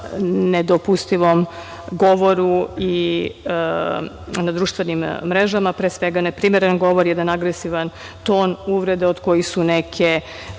nedopustivom govoru na društvenim mrežama, pre svega neprimeren govor, jedan agresivan ton uvrede od kojih su neke